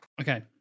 Okay